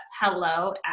hello